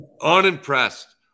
unimpressed